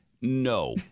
No